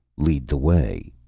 lead the way,